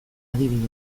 adibidez